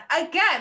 again